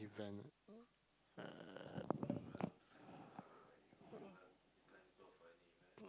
event uh